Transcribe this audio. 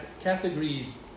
categories